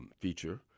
feature